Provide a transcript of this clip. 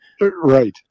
Right